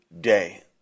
day